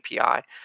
API